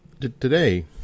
Today